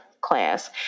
class